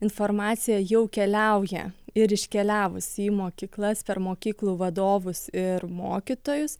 informacija jau keliauja ir iškeliavusi į mokyklas per mokyklų vadovus ir mokytojus